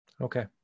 Okay